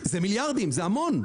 מיליארדים זה המון.